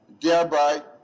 thereby